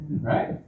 right